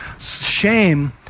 Shame